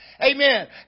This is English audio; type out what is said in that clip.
Amen